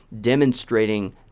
demonstrating